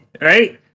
right